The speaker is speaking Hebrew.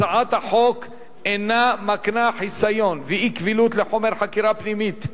הצעת החוק אינה מקנה חיסיון ואי-קבילות לחומר חקירה פנימית,